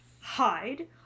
hide